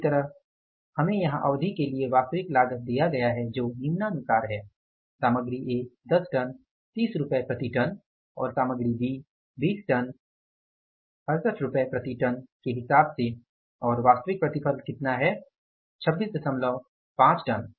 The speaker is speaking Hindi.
इसी तरह हमें यहां अवधि के लिए वास्तविक लागत दिया गया है जो निम्नानुसार है सामग्री ए 10 टन 30 रुपये प्रति टन और सामग्री बी 20 टन 68 रुपये प्रति टन के हिसाब से और वास्तविक प्रतिफल कितना है 265 टन